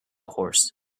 horse